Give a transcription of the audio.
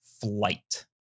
flight